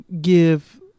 give